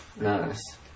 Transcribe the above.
Nice